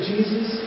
Jesus